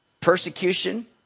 persecution